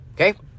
okay